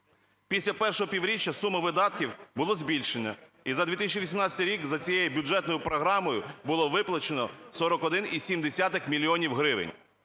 Після першого півріччя сума видатків було збільшено, і за 2018 рік за цією бюджетною програмою було виплачено 41,7 мільйонів